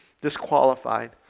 disqualified